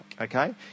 Okay